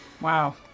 Wow